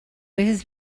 his